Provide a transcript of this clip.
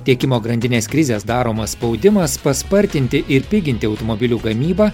tiekimo grandinės krizės daromas spaudimas paspartinti ir piginti automobilių gamybą